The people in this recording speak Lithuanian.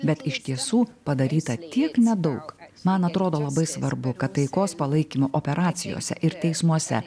bet iš tiesų padaryta tiek nedaug man atrodo labai svarbu kad taikos palaikymo operacijose ir teismuose